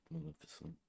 Maleficent